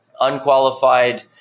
unqualified